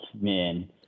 man